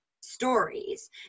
stories